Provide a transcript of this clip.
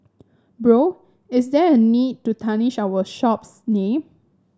Bro is there a need to tarnish our shop's name